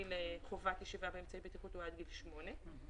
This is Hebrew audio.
לחובת ישיבה באמצעי בטיחות הוא עד גיל שמונה.